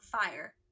fire